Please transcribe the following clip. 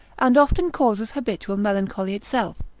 and often causes habitual melancholy itself,